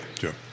Sure